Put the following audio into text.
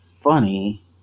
funny